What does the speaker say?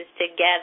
together